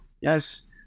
yes